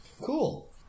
cool